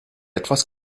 etwas